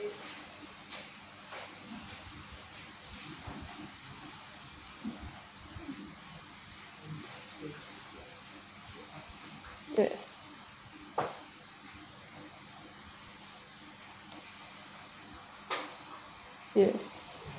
this yes